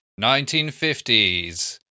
1950s